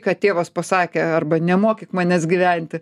ką tėvas pasakė arba nemokyk manęs gyventi